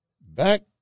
Back